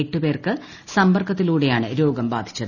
എട്ട് പേർക്ക് സമ്പർക്കത്തിലൂടെയാണ് രോഗം ബാധിച്ചത്